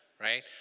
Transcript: right